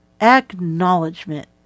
Acknowledgement